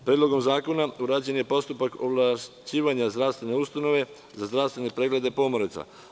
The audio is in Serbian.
Predlogom zakona urađen je postupak ovlašćivanja zdravstvene ustanove za zdravstvene preglede pomoraca.